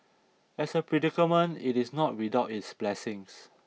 as a predicament it is not without its blessings